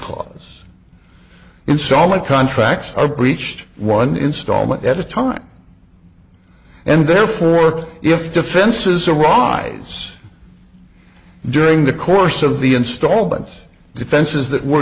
clause installment contracts are breached one installment at a time and therefore if defenses arrives during the course of the install bugs defenses that were